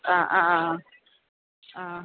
ആ ആ ആ ആ